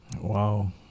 Wow